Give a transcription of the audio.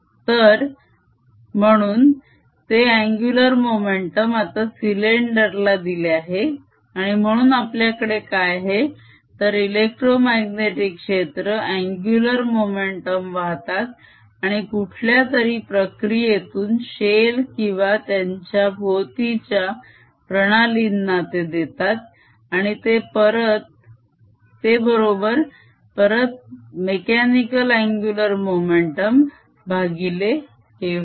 Net torque02dKdt Net angular momentum of the system02K तर म्हणून ते अन्गुलर मोमेंटम आता सिलेंडर ला दिले आहे आणि म्हणून आपल्याकडे काय आहे तर इलेक्ट्रोमाग्नेटीक क्षेत्र अन्गुलर मोमेंटम वाहतात आणि कुठल्यातरी प्रकियेतून शेल किंवा त्यांच्या भोवतीच्या प्रणालींना ते देतात आणि ते बरोबर परत मेक्यानिकल अन्गुलर मोमेंटम भागिले हे होय